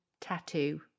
Tattoo